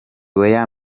were